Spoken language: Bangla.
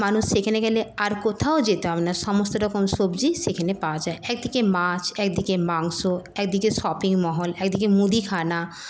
মানুষ সেখেনে গেলে আর কোথাও যেতে হবে না সমস্ত রকম সবজি সেখেনে পাওয়া যায় একদিকে মাছ একদিকে মাংস একদিকে শপিং মহল একদিকে মুদিখানা